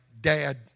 dad